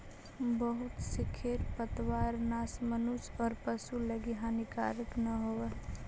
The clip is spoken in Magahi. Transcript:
बहुत से खेर पतवारनाश मनुष्य औउर पशु लगी हानिकारक न होवऽ हई